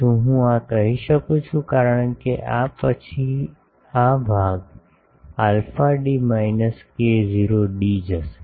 શું હું આ કહી શકું છું કારણ કે પછી આ ભાગ alpha D minus k0 d જશે